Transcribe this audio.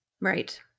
Right